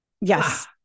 Yes